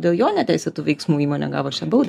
dėl jo neteisėtų veiksmų įmonė gavo šią baudą